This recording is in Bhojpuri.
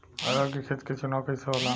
अरहर के खेत के चुनाव कइसे होला?